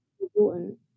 important